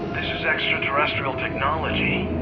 this is extraterrestrial technology.